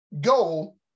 go